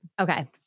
Okay